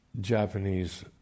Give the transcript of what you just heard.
Japanese